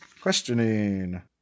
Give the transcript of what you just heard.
questioning